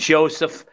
Joseph